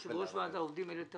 יושב-ראש ועד העובדים של מלט הר-טוב.